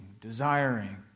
desiring